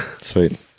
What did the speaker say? Sweet